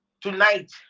Tonight